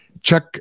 check